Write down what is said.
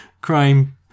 crime